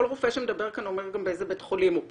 כל רופא שמדבר כאן אומר גם באיזה בית חולים הוא פועל,